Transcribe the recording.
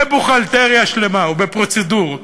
בבוכהלטריה שלמה ובפרוצדורות,